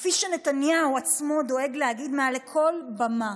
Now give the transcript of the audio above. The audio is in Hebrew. כפי שנתניהו עצמו דואג להגיד מעל כל במה.